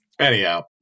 Anyhow